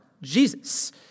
Jesus